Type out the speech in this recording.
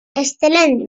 excel·lent